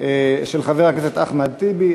של חבר הכנסת אחמד טיבי.